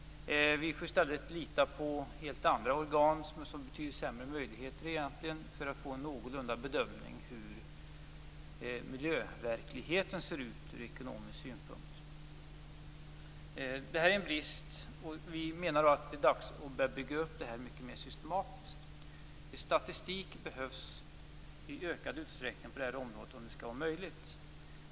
Vi får i stället lita på helt andra organ med betydligt sämre möjligheter för att få en någorlunda bedömning av hur miljöverkligheten ser ut ur ekonomisk synpunkt. Det finns en brist, och vi menar att det är dags med en systematisk uppbyggnad. Statistik behövs i ökad utsträckning.